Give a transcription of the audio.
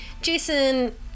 Jason